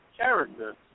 character